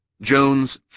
Jones